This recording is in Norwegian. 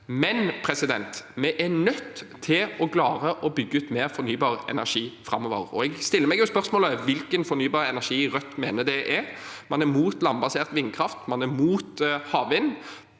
gode vurderinger. Vi er nødt til å klare å bygge ut mer fornybar energi framover. Jeg stiller meg spørsmål om hvilken fornybar energi Rødt mener det er. Man er mot landbasert vindkraft, man er mot havvind.